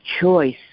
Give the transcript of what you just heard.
choice